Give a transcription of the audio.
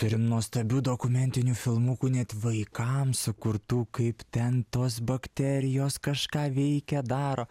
turim nuostabių dokumentinių filmukų net vaikams sukurtų kaip ten tos bakterijos kažką veikia daro